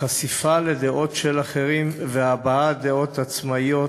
חשיפה לדעות של אחרים והבעת דעות עצמאיות.